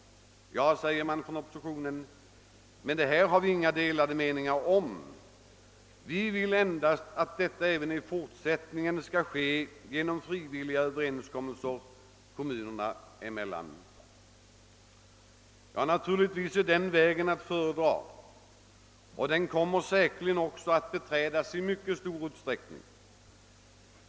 Ja, säger man från oppositionen, detta råder det inga delade meningar om. Vi vill endast att sammanslagningen även i fortsättningen skall ske genom frivilliga överenskommelser kommunerna emellan. Naturligtvis är den vägen att föredra, och den kommer säkerligen att beträdas i mycket stor utsträckning.